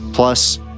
Plus